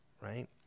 right